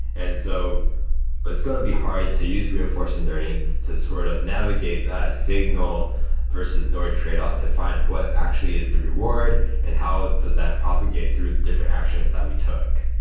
and so but it's going to be hard to use reinforcement learning to sort of navigate that signal versus node tradeoff to find what actually is the reward and how does that propagate through the different actions that we took.